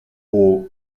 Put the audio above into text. all